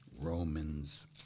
Romans